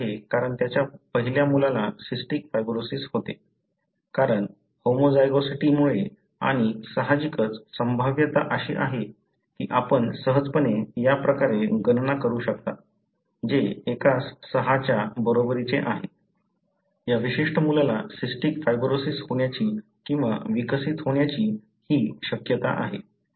तो एक कॅरियर आहे कारण त्याच्या पहिल्या मुलाला सिस्टिक फायब्रोसिस होते कारण होमोझायगॉसिटीमुळे आणि सहाजिकच संभाव्यता अशी आहे की आपण सहजपणे या प्रकारे गणना करू शकता जे एकास सहाच्या बरोबरीचे आहे या विशिष्ट मुलाला सिस्टिक फायब्रोसिस होण्याची किंवा विकसित होण्याची हि शक्यता आहे